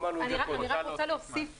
אמרנו את זה קודם.